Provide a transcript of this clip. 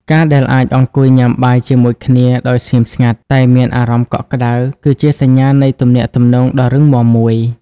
ការដែលអាចអង្គុយញ៉ាំបាយជាមួយគ្នាដោយស្ងៀមស្ងាត់ តែមានអារម្មណ៍កក់ក្ដៅ គឺជាសញ្ញានៃទំនាក់ទំនងដ៏រឹងមាំមួយ។